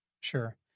Sure